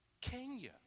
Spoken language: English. Kenya